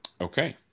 okay